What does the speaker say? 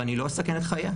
אבל אני לא אסכן את חיי.